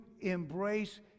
embrace